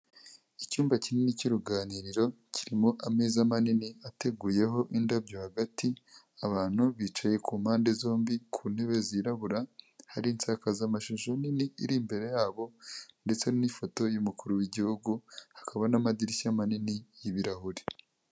Icyumba kinini cy'uruganiriro kirimo ameza manini ateguyeho indabyo hagati abantu bicaye ku mpande zombi ku ntebe zirabura, hari insakazamashusho nini iri imbere yabo ndetse n'ifoto y'umukuru w'igihugu hakaba n'amadirishya manini y'ibirahure.